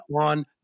on